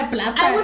Plata